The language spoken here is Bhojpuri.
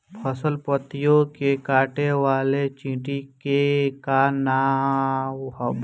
फसल पतियो के काटे वाले चिटि के का नाव बा?